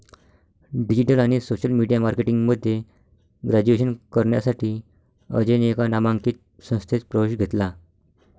digital आणि social media marketing मध्ये graduation करण्यासाठी अजयने एका नामांकित संस्थेत प्रवेश घेतला